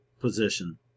position